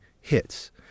hits